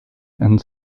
and